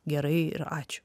gerai ir ačiū